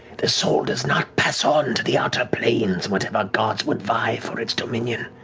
the soul does not pass on to the outer planes and whatever gods would vie for its dominion.